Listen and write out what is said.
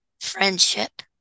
friendship